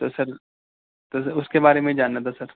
تو سر تو سر اُس کے بارے میں جاننا تھا سر